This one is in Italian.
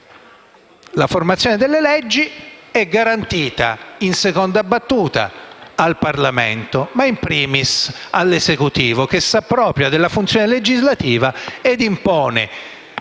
«La formazione della legge è garantita in seconda battuta dal Parlamento, ma *in primis* dall'Esecutivo, che si appropria della funzione legislativa e impone